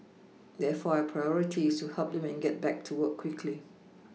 therefore our Priority is to help them get back to work quickly